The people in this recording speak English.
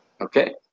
okay